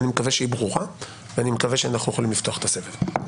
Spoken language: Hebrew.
אני מקווה שהיא ברורה ואני מקווה שאנחנו יכולים לפתוח את הסבב.